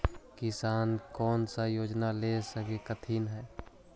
किसान कोन सा योजना ले स कथीन?